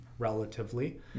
Relatively